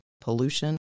pollution